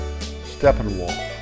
Steppenwolf